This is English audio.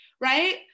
right